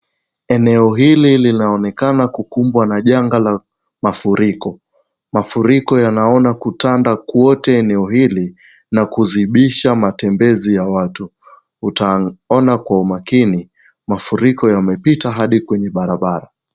Eneo hili linaonekana kukumbwa na janga la mafuriko. Mafuriko yanaona kutanda kwote eneo hili na kuzibisha matembezi ya watu. Utaona kwa umakini mafuriko yamepita hadi kwenye barabara.